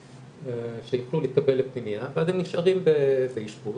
שיוכלו להתקבל לפנימייה ואז הם נשארים באשפוז.